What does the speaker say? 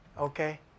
Okay